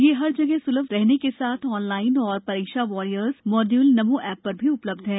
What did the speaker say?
यह हर जगह स्लभ रहने के साथ ऑनलाइन और परीक्षा वारियर्स मॉड्यूल नमो ऐप पर भी उपलब्ध है